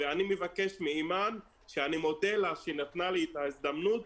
ואני מבקש מאימאן שאני מודה לה שהיא נתנה לי את ההזדמנות,